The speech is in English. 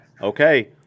okay –